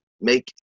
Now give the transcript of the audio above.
make